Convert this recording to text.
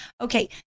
okay